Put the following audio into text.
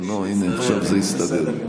עכשיו זה הסתדר.